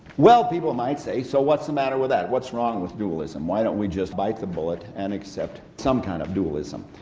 well, people might say, so what's the matter with that? what's wrong with dualism? why don't we just bite the bullet and accept some kind of dualism?